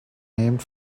named